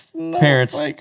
Parents